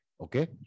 okay